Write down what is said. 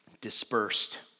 dispersed